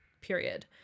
period